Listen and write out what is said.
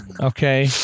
okay